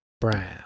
Brown